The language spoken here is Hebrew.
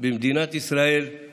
במדינת ישראל לא